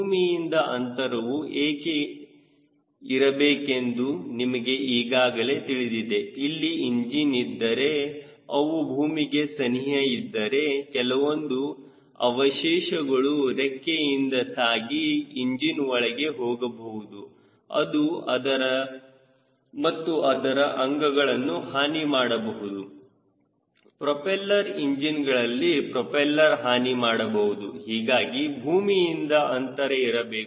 ಭೂಮಿಯಿಂದ ಅಂತರವು ಏಕೆ ಇರಬೇಕೆಂದು ನಿಮಗೆ ಈಗಾಗಲೇ ತಿಳಿದಿದೆ ಇಲ್ಲಿ ಇಂಜಿನ್ ಇದ್ದರೆ ಅವು ಭೂಮಿಗೆ ಸನಿಹದಲ್ಲಿ ಇದ್ದರೆ ಕೆಲವೊಂದು ಅವಶೇಷಗಳು ರೆಕ್ಕೆಯಿಂದ ಸಾಗಿ ಇಂಜಿನ್ ಒಳಗೆ ಹೋಗಬಹುದು ಮತ್ತು ಅದರ ಅಂಗಗಳನ್ನು ಹಾನಿ ಮಾಡಬಹುದು ಪ್ರೊಪೆಲ್ಲರ್ ಇಂಜಿನ್ಗಳಲ್ಲಿ ಪ್ರೊಪೆಲ್ಲರ್ ಹಾನಿ ಮಾಡಬಹುದು ಹೀಗಾಗಿ ಭೂಮಿಯಿಂದ ಅಂತರ ಇರಬೇಕು